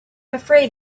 afraid